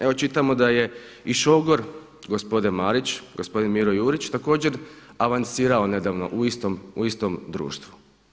Evo čitamo da je i šogor gospodina Marića, gospodin Miro Jurić također avansirao nedavno u istom društvu.